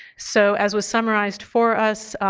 so, as was summarized for us,